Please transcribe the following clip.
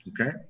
okay